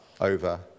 over